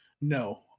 No